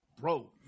bro